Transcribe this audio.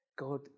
God